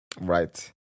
right